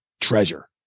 treasure